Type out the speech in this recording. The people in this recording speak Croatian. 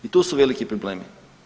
I tu su veliki problemi.